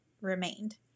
remained